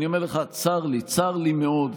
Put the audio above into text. אני אומר לך, צר לי, צר לי מאוד.